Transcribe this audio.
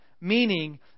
meaning